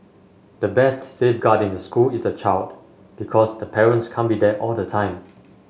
the best safeguard in the school is the child because the parents can't be there all the time